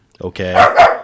okay